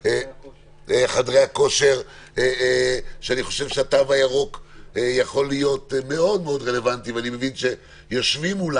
נציגים של חדרי הכושר שאני חושב שהתו הירוק יכול לסייע להם.